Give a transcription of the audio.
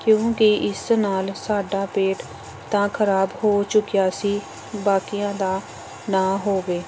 ਕਿਉਂਕਿ ਇਸ ਨਾਲ ਸਾਡਾ ਪੇਟ ਤਾਂ ਖ਼ਰਾਬ ਹੋ ਚੁੱਕਿਆ ਸੀ ਬਾਕੀਆਂ ਦਾ ਨਾ ਹੋਵੇ